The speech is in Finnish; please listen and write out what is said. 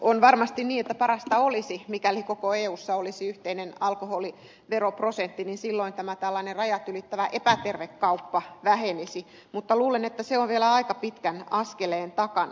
on varmasti niin että parasta olisi mikäli koko eussa olisi yhteinen alkoholiveroprosentti silloin tämä tällainen rajat ylittävä epäterve kauppa vähenisi mutta luulen että se on vielä aika pitkän askelen takana